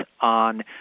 on